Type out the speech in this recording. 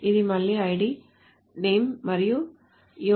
ఇది మళ్లీ id name మరియు yob